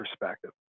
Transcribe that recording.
perspective